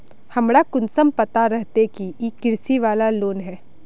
हमरा कुंसम पता रहते की इ कृषि वाला लोन है?